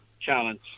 challenge